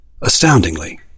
Astoundingly